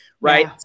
Right